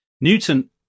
Newton